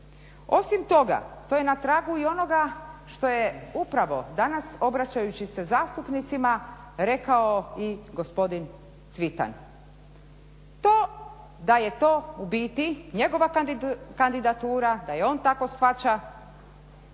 Osim toga to je na tragu i onoga što je upravo danas obraćajući se zastupnicima rekao i gospodin Cvitan. Da je to u biti njegova kandidatura, da je on tako shvaća,